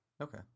Okay